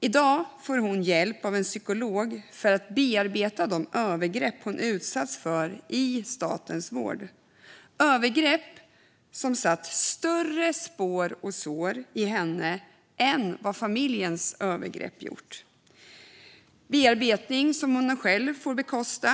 I dag får hon hjälp av en psykolog för att bearbeta de övergrepp hon utsatts för i statens vård - övergrepp som satt större spår och sår i henne än vad familjens övergrepp gjorde. Det är en bearbetning som hon själv får bekosta.